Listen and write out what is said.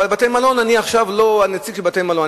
אבל אני עכשיו לא הנציג של בתי-מלון,